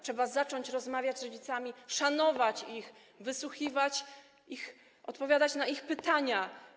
Trzeba zacząć rozmawiać z rodzicami, szanować ich, wysłuchiwać ich, odpowiadać na ich pytania.